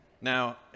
Now